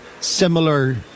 similar